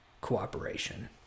cooperation